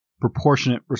proportionate